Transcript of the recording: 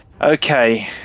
okay